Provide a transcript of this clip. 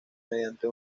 mediante